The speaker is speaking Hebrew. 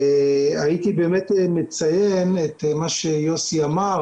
הייתי מציין את מה שיוסי אמר,